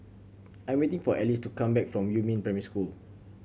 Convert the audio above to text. I'm waiting for Ellis to come back from Yumin Primary School